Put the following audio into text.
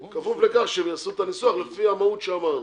בכפוף לכך שהם יעשו את הניסוח לפי המהות שאמרנו.